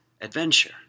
adventure